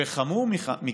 וחמור מכך,